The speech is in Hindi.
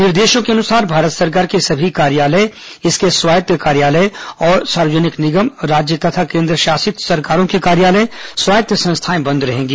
निर्देशों के अनुसार भारत सरकार के सभी कार्यालय इसके स्वायत्त कार्यालय और सार्वजनिक निगम राज्य तथा केन्द्रशासित सरकारों के कार्यालय स्वायत्त संस्थाएं बंद रहेंगी